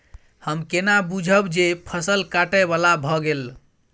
हम केना बुझब जे फसल काटय बला भ गेल?